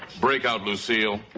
break out lucille.